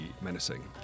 menacing